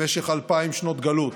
במשך אלפיים שנות גלות,